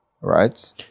right